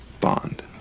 bond